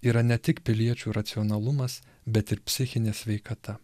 yra ne tik piliečių racionalumas bet ir psichinė sveikata